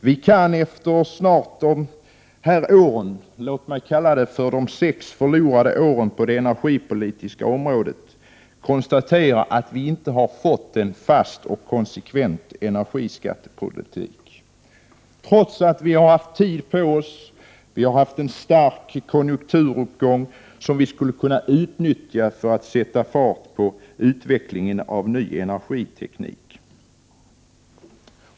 Vi kan efter dessa år, låt mig kalla dem de sex förlorade åren på det energipolitiska området, konstatera att vi inte har fått en fast och konsekvent energiskattepolitik, trots att vi har haft tid på oss och vi har haft en stark konjunkturuppgång, som borde ha kunnat utnyttjas för att sätta fart på utvecklingen om ny energiteknik.